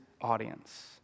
audience